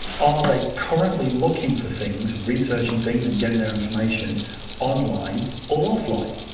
are they currently looking for things, researching things, and getting their information online or offline?